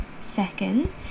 Second